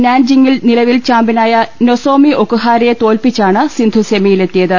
നാൻജിങ്ങിൽ നിലവിൽ ചാമ്പൃനായ നൊസോമി ഒകുഹാരയെ തോൽപിച്ചാണ് സിന്ധു സെമിയിലെത്തിയത്